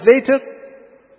later